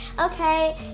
Okay